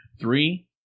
Three